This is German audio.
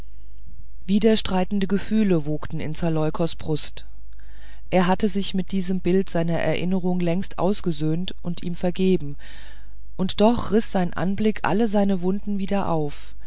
widerstreitende gefühle wogten in zaleukos brust er hatte sich mit diesem bild seiner erinnerung längst ausgesöhnt und ihm vergeben und doch riß sein anblick alle seine wunden wieder auf